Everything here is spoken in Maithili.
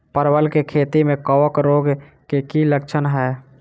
परवल केँ खेती मे कवक रोग केँ की लक्षण हाय?